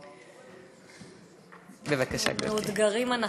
בבקשה, גברתי.